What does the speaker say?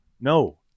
no